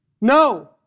No